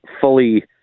fully